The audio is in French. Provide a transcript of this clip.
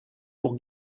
pour